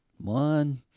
one